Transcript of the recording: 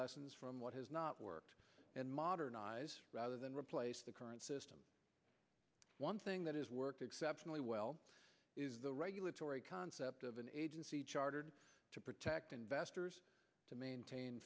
lessons from what has not worked and modernize rather than replace the current system one thing that has worked exceptionally well is the regulatory concept of an agency chartered to protect investors to maintain